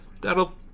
That'll